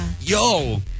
yo